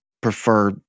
prefer